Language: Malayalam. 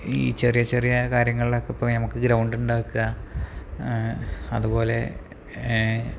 ഈ ചെറിയ ചെറിയ കാര്യങ്ങളിലൊക്കെ പോയി നമുക്ക് ഗ്രൗണ്ടുണ്ടാക്കുക അതുപോലെ ഏ